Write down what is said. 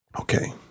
Okay